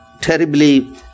terribly